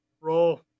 Roll